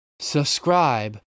subscribe